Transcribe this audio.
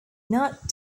not